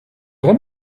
vrai